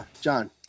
John